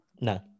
No